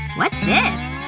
what is this?